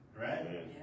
right